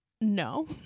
no